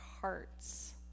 hearts